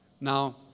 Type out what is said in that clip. Now